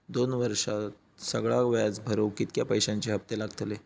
दोन वर्षात सगळा व्याज भरुक कितक्या पैश्यांचे हप्ते लागतले?